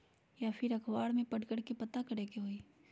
या फिर अखबार में पढ़कर के पता करे के होई?